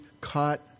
caught